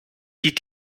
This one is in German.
die